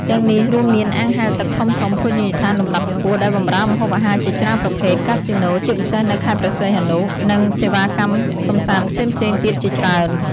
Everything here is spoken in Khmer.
ទាំងនេះរួមមាន អាងហែលទឹកធំៗ ភោជនីយដ្ឋានលំដាប់ខ្ពស់ដែលបម្រើម្ហូបអាហារជាច្រើនប្រភេទ កាស៊ីណូ ជាពិសេសនៅព្រះសីហនុ និងសេវាកម្មកម្សាន្តផ្សេងៗទៀតជាច្រើន។